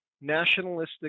nationalistic